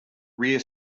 rear